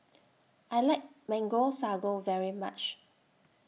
I like Mango Sago very much